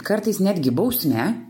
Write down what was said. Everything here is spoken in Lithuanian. kartais netgi bausme